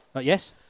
yes